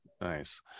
Nice